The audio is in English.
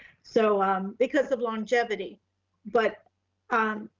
so um because of longevity but um